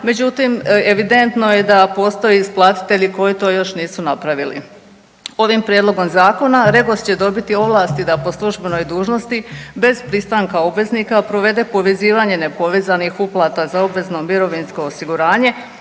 Međutim, evidentno je da postoje isplatitelji koji to još nisu napravili. Ovim prijedlogom zakona REGOS će dobit ovlasti da po službenoj dužnosti bez pristanka obveznika provede povezivanje nepovezanih uplata za obvezno mirovinsko osiguranje